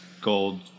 gold